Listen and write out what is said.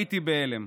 הייתי בהלם.